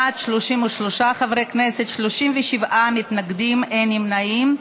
בעד, 63 חברי כנסת, 37 מתנגדים, אין נמנעים.